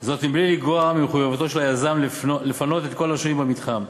וזאת בלי לגרוע ממחויבותו של היזם לפנות את כל השוהים במתחם,